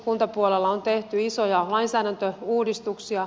kuntapuolella on tehty isoja lainsäädäntöuudistuksia